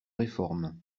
réformes